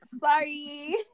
Sorry